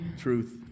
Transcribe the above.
Truth